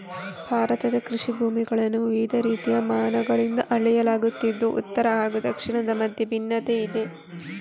ಭಾರತದ ಕೃಷಿ ಭೂಮಿಗಳನ್ನು ವಿವಿಧ ರೀತಿಯ ಮಾನಗಳಿಂದ ಅಳೆಯಲಾಗುತ್ತಿದ್ದು ಉತ್ತರ ಹಾಗೂ ದಕ್ಷಿಣದ ಮಧ್ಯೆ ಭಿನ್ನತೆಯಿದೆ